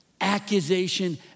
Accusation